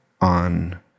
on